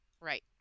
Right